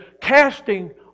Casting